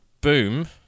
boom